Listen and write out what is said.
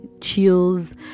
chills